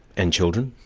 and children?